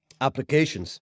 applications